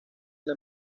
una